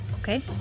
Okay